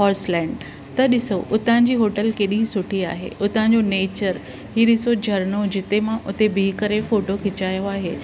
Horseland त ॾिसो उतां जी होटल केॾी सुठी आहे उतां जो नेचर ई ॾिसो झरनो जिते मां हुते बीह करे फ़ोटो खिचायो आहे